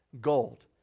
gold